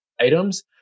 items